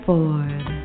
Ford